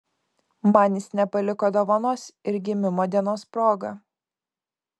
man jis nepaliko dovanos ir gimimo dienos proga